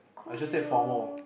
cool yos